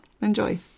Enjoy